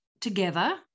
together